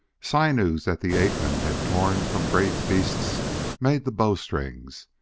sinews that the ape-men had torn from great beasts made the bowstrings,